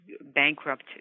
bankrupt